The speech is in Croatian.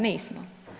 Nismo.